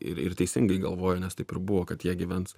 ir ir teisingai galvojo nes taip ir buvo kad jie gyvens